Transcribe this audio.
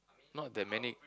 not that many